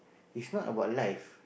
is not about life